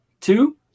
two